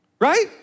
right